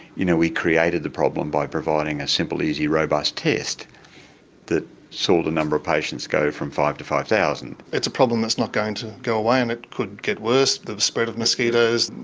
you know we created the problem by providing a simple, easy, robust test that saw the number of patients go from five to five thousand. it's problem that's not going to go away and it could get worse. the spread of mosquitoes,